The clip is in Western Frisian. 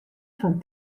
fan